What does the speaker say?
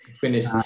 finish